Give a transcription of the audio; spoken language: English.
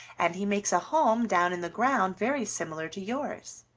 and he makes a home down in the ground very similar to yours.